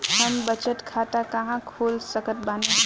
हम बचत खाता कहां खोल सकत बानी?